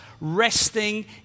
resting